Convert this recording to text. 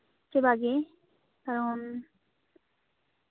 ᱥᱮᱵᱟᱜᱮ ᱠᱟᱨᱚᱱ